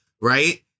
Right